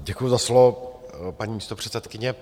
Děkuji za slovo, paní místopředsedkyně.